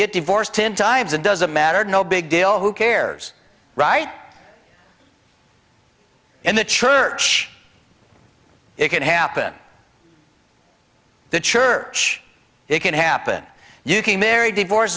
get divorced ten times and doesn't matter no big deal who cares right in the church it can happen the church it can happen you can marry divorce